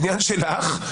עניין שלך,